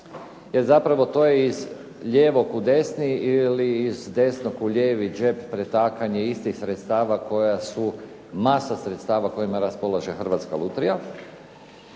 jer zapravo to je iz lijevog u desni ili iz desnog u lijevi džep pretakanje istih sredstava koja su, masa sredstava kojima raspolaže Hrvatska lutrija.